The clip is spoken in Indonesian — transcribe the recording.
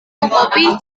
kopi